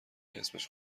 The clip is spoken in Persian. اسمش